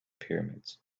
pyramids